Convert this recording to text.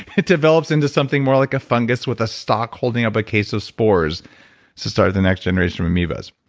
it develops into something more like a fungus with a stock holding up a case of spores to start the next generation of amoebas.